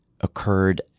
occurred